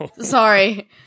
Sorry